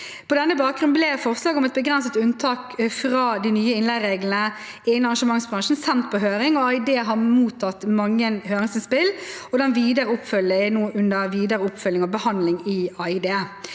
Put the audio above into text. På denne bakgrunn ble forslag om et begrenset unntak fra de nye innleiereglene innen arrangementsbransjen sendt på høring. Det er mottatt mange høringsinnspill, og det er nå under videre oppfølging og behandling i